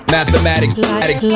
Mathematic